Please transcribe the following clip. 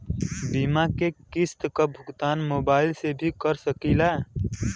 बीमा के किस्त क भुगतान मोबाइल से भी कर सकी ला?